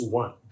one